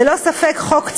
ללא ספק, חוק צודק,